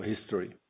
history